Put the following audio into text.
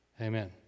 Amen